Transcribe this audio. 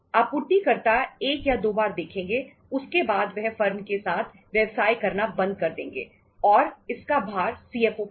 आपूर्तिकर्ता एक या दो बार देखेंगे उसके बाद वह फर्म के साथ व्यवसाय करना बंद कर देंगे और इसका भार सीएफओ पर होगा